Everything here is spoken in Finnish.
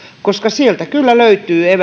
koska sieltä kyllä löytyy eväitä